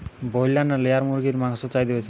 Broiler না layer মুরগির মাংসর চাহিদা বেশি?